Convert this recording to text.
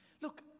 look